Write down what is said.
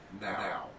Now